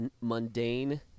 mundane